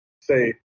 say